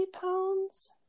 pounds